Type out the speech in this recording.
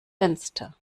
fenster